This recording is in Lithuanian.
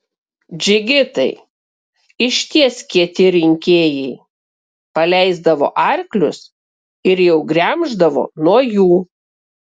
džigitai iš ties kieti rinkėjai paleisdavo arklius ir jau gremždavo nuo jų